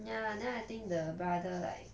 ya then I think the brother like